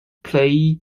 play